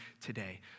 today